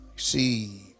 see